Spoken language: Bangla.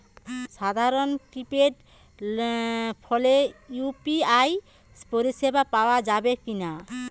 সাধারণ কিপেড ফোনে ইউ.পি.আই পরিসেবা পাওয়া যাবে কিনা?